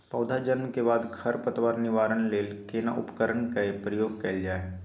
पौधा जन्म के बाद खर पतवार निवारण लेल केना उपकरण कय प्रयोग कैल जाय?